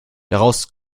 daraus